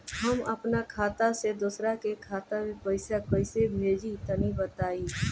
हम आपन खाता से दोसरा के खाता मे पईसा कइसे भेजि तनि बताईं?